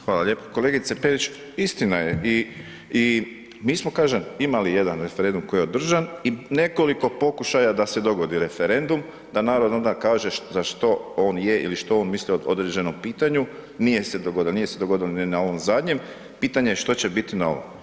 Hvala lijepo, kolegice Perić istina je i mi smo kažem imali jedan referendum koji je održan i nekoliko pokušaja da se dogodi referendum, da narod onda kaže za što on je ili što on misli o određenom pitanju, nije se dogodilo, nije se dogodilo ni na ovom zadnjem, pitanje je što će biti na ovom.